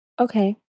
Okay